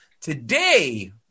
Today